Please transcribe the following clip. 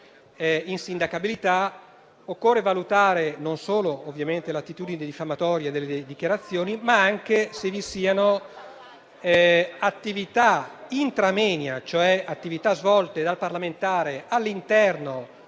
insindacabilità - occorre valutare non solo ovviamente l'attitudine diffamatoria delle dichiarazioni, ma anche se vi siano attività *intramoenia*, cioè attività svolte dal parlamentare all'interno